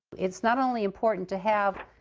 it's not only important to have